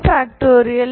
32